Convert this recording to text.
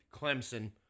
Clemson